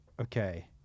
okay